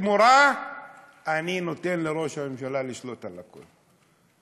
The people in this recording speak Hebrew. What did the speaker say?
בתמורה אני נותן לראש הממשלה לשלוט על הכול,